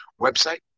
website